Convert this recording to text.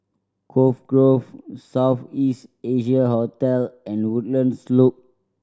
Cove Grove South East Asia Hotel and Woodlands Loop